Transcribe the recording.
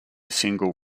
single